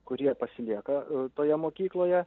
kurie pasilieka toje mokykloje